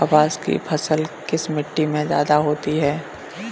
कपास की फसल किस मिट्टी में ज्यादा होता है?